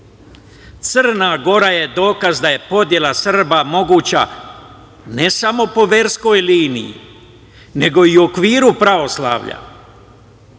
Crna Gora je dokaz da je podela Srba moguća ne samo po verskoj liniji, nego i u okviru pravoslavlja.